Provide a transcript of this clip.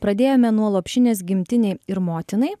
pradėjome nuo lopšinės gimtinei ir motinai